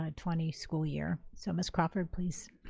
um twenty school year. so miss crawford please